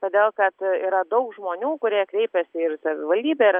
todėl kad yra daug žmonių kurie kreipiasi ir savivaldybė ir